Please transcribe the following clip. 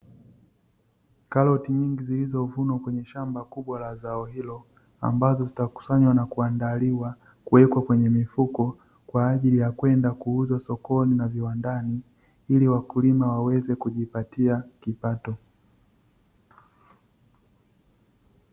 Karoti nyingi zilizo vunwa kwenye shamba kubwa la zao hilo ambazo zitakusanywa na kuandaliwa kuwekwa kwenye mifuko kwa ajili ya kwenda kuuzwa sokoni na viwandani ili wakulima waweze kujipatia kipato.